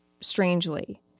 strangely